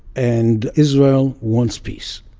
and israel wants peace.